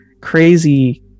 crazy